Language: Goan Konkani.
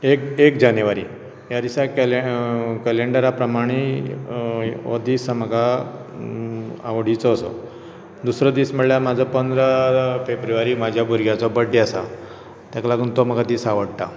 एक एक जानेवारी ह्या दिसा कॅल कलेंडरा प्रमाणें हो दीस म्हाका आवडीचो असो दुसरो दीस म्हणल्यार म्हजो पंदरा फेब्रुवारी म्हज्या भुरग्याचो बर्डे आसा ताका लागून तो म्हाका दीस आवडटा